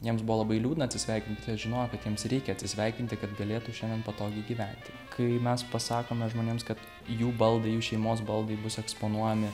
jiems buvo labai liūdna atsisveikinti žinojo kad jiems reikia atsisveikinti kad galėtų šiandien patogiai gyventi kai mes pasakome žmonėms kad jų baldai jų šeimos baldai bus eksponuojami